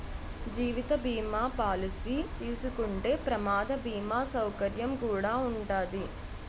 జీవిత బీమా పాలసీ తీసుకుంటే ప్రమాద బీమా సౌకర్యం కుడా ఉంటాది